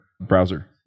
browser